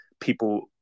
people